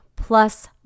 plus